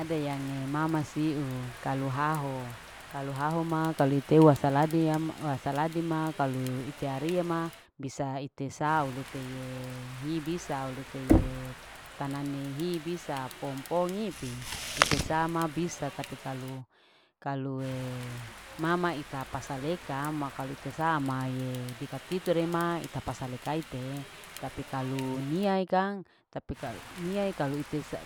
Ada yange mama siu kalu haho. kalu haho ma. kalu ite ua wasaladi ya ma. wasaladi kalu ite ariaa ma bisa ite sau lete ya hi bisa au lete ye tanahi hi bisa pohom. pohom ipe ite sama bisa tapi kalu. kaluee mama ita pasa leka kalu ite samae tika titerema leka ite tapi niae kang tapi kalu